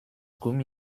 gummi